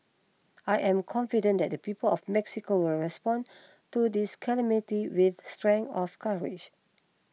I am confident that the people of Mexico will respond to this calamity with strength of courage